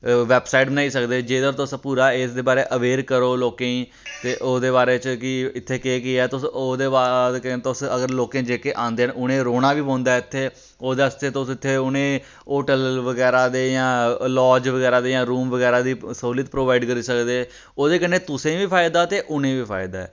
website बनाई सकदे जेह्दा पर तुस पूरा इसदे बारै च अवेयर करो लोकें गी ते ओह्दे बारे च कि इत्थें केह् केह् हा तुस ओह्दे बाद तुस अगर लोकें गी जेह्के आंदे न उनें रौह्ना बी पौंदा ऐ इत्थें ओह्दे आस्तै तुस इत्थें उनेंई होटल बगैरा ते जां लाज बगैरा ते दा रूम बगैरा दी स्हूलियत प्रोवाइड करी सकदे ओह्दे कन्नै तुसें बी फायदा ते उनेंगी बी फायदा ऐ